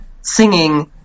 singing